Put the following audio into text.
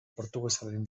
portugesaren